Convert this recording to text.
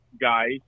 guys